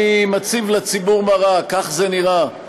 אני מציב לציבור מראה: כך זה נראה,